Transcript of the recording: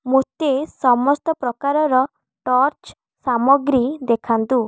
ମୋତେ ସମସ୍ତ ପ୍ରକାରର ଟର୍ଚ୍ଚ ସାମଗ୍ରୀ ଦେଖାନ୍ତୁ